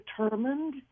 determined